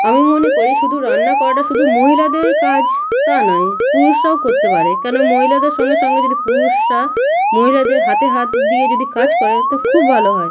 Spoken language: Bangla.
আমি মনে করি শুধু রান্না করাটা শুধু মহিলাদের কাজ তা নয় পুরুষরাও করতে পারে কেন মহিলাদের সঙ্গে সঙ্গে যদি পুরুষরা মহিলাদের হাতে হাত দিয়ে যদি কাজ করে তো খুব ভালো হয়